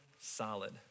solid